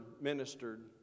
ministered